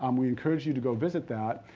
um we encourage you to go visit that.